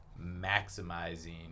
maximizing